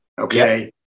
okay